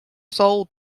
sold